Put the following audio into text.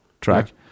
track